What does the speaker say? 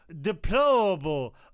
deplorable